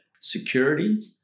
security